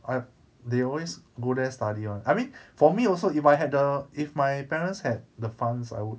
I they always go there study one I mean for me also if I had the if my parents had the funds I would